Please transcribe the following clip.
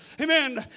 Amen